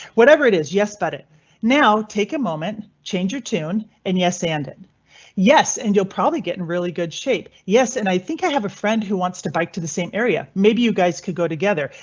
whatever it is, yes, but it now take a moment. change your tune. and yes and yes, and you'll probably get in really good shape. yes, and i think i have a friend who wants to bike to the same area. maybe you guys could go together.